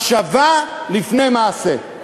מחשבה לפני מעשה.